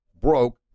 broke